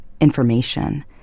information